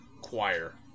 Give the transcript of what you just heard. choir